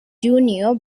juneau